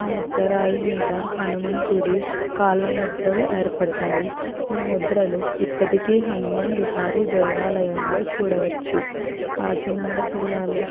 ఆ ముద్దరాయి మీద హనుమంతుడి కాళ్ళముద్రలు ఏర్పడ్డాయి ఈ ముద్రలు ఇప్పటికీ హనుమాన్ విహారి దేవాలయంలో చూడవచ్చు కాకినాడ జిల్లాకు